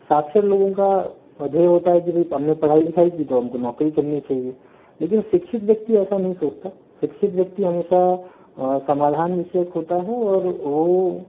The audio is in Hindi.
साक्षर लोगों का धेय होता है की वे हमने पढ़ाई लिखाई की तो हमको नौकरी करनी चाहिए लेकिन शिक्षित व्यक्ति ऐसा नहीं सोचता शिक्षित व्यक्ति हमेशा समाधान विषय खोता है और वो